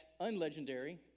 unlegendary